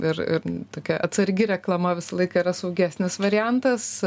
ir ir tokia atsargi reklama visą laiką yra saugesnis variantas